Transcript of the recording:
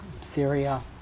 Syria